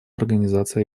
организации